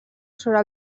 sobre